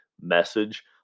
message